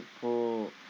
pull